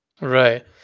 Right